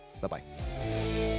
bye-bye